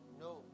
no